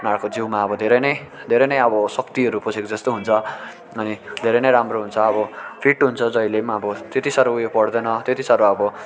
उनीहरू जिउमा अब धेरै नै धेरै नै अब शक्तिहरू पसेको जस्तो हुन्छ अनि धेरै नै राम्रो हुन्छ अब फिट हुन्छ जहिले पनि अब त्यति साह्रो उयो पर्दैन त्यति साह्रो अब